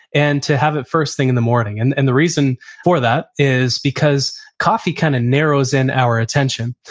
and to have it first thing in the morning. and and the reason for that is because coffee kind of narrows in our attention.